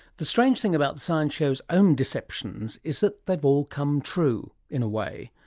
the strange thing about the science show s own deceptions is that they've all come true in a way.